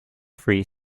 free